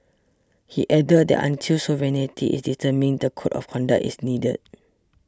he added that until sovereignty is determined the Code of Conduct is needed